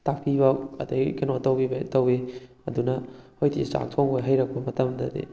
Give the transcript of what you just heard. ꯇꯥꯛꯄꯤꯕ ꯑꯗꯨꯗꯩ ꯀꯩꯅꯣ ꯇꯧꯕꯤꯕ ꯇꯧꯏ ꯑꯗꯨꯅ ꯍꯣꯋꯦꯇꯤ ꯆꯥꯛ ꯊꯣꯡꯕ ꯍꯩꯔꯛꯄ ꯃꯇꯝꯗꯗꯤ